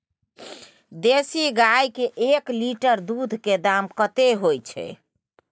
देसी गाय के एक लीटर दूध के दाम कतेक होय छै?